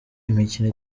imikino